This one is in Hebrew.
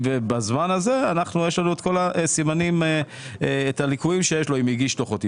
ובזמן הזה יש לנו את כל הליקויים שיש לו אם הגיש דוחות,